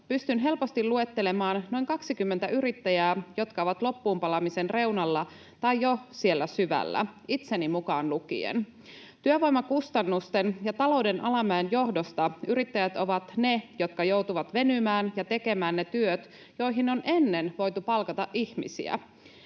Pystyn helposti luettelemaan noin 20 yrittäjää, jotka ovat loppuunpalamisen reunalla tai jo siellä syvällä, itseni mukaan lukien. Työvoimakustannusten ja talouden alamäen johdosta yrittäjät ovat ne, jotka joutuvat venymään ja tekemään ne työt, joihin on ennen voitu palkata ihmisiä.